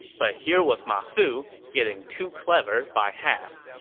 but here was ma su, getting too clever by half.